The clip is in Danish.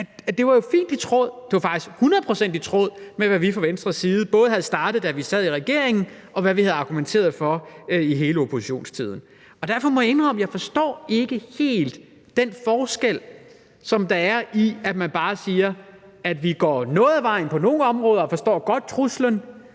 jo være fint i tråd med, faktisk hundrede procent i tråd med både, hvad vi fra Venstres side havde startet, da vi sad i regering, og hvad vi havde argumenteret for i hele oppositionstiden. Og derfor må jeg indrømme, at jeg ikke helt forstår den forskel, der er i, at man siger: Vi går noget af vejen på nogle områder og forstår godt truslen,